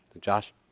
Josh